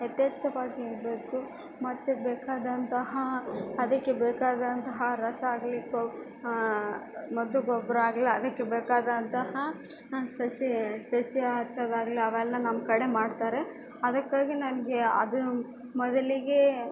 ಯಥೇಚ್ಚವಾಗಿ ಇರಬೇಕು ಮತ್ತು ಬೇಕಾದಂತಹಾ ಅದಕ್ಕೆ ಬೇಕಾದಂತಹ ರಸ ಆಗಲಿ ಕೊವ್ ಮದ್ದು ಗೊಬ್ಬರ ಆಗ್ಲಿ ಅದಕ್ಕೆ ಬೇಕಾದಂತಹ ಸಸಿ ಸಸಿ ಹಚ್ಚೊದಾಗ್ಲಿ ಅವೆಲ್ಲ ನಮ್ಮಕಡೆ ಮಾಡ್ತಾರೆ ಅದಕ್ಕಾಗಿ ನನಗೆ ಅದು ಮೊದಲಿಗೇ